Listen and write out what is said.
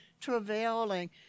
travailing